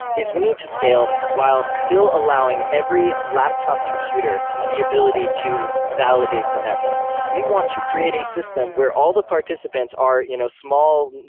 is we need to scale while still allowing every laptop computer the ability to validate the network. we want to create a system where all the participants are you know small, and